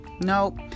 No